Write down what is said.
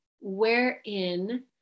wherein